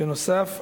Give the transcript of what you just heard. בנוסף,